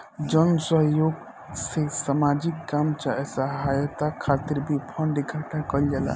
जन सह योग से सामाजिक काम चाहे सहायता खातिर भी फंड इकट्ठा कईल जाला